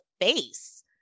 face